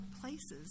places